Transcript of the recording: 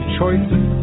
Choices